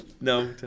No